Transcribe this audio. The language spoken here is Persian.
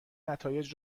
نتایج